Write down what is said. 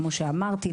כמו שאמרתי,